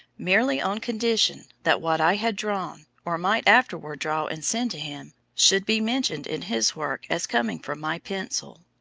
merely on condition that what i had drawn, or might afterward draw and send to him, should be mentioned in his work as coming from my pencil.